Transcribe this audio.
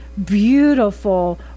beautiful